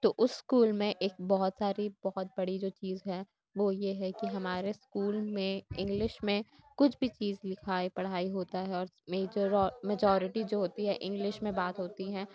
تو اُس اسکول میں ایک بہت ساری بہت بڑی جو چیز ہے وہ یہ ہے کہ ہمارے اسکول میں انگلش میں کچھ بھی چیز لکھائی پڑھائی ہوتا ہے اور میجورٹی جو ہوتی ہے انگلش میں بات ہوتی ہیں